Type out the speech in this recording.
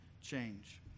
change